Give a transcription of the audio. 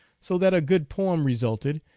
so that a good poem resulted,